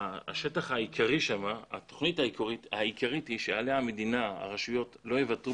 התוכנית העיקרית שעליה הרשויות לא יוותרו